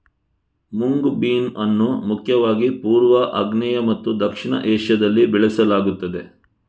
mung bean ಅನ್ನು ಮುಖ್ಯವಾಗಿ ಪೂರ್ವ, ಆಗ್ನೇಯ ಮತ್ತು ದಕ್ಷಿಣ ಏಷ್ಯಾದಲ್ಲಿ ಬೆಳೆಸಲಾಗುತ್ತದೆ